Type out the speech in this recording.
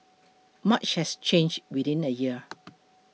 much has changed within a year